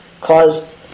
cause